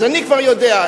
אז אני כבר יודע.